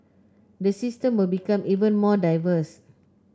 the system will become even more diverse